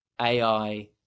AI